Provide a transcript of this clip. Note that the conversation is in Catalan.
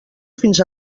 fins